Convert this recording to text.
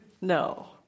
No